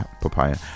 papaya